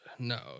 No